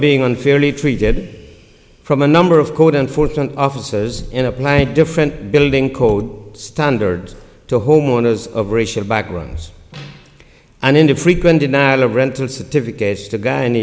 being unfairly treated from a number of code enforcement officers in a plant different building code standards to homeowners of racial backgrounds and indeed frequent denial of rental certificates to guy